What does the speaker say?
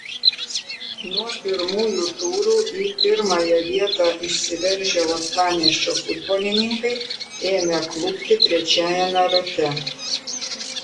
nuo pirmųjų turų į pirmąją vietą išsiveržę uostamiesčio futbolininkai ėmė klupti trečiajame rate